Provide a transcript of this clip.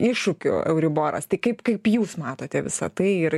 iššūkių euriboras tai kaip kaip jūs matote visa tai ir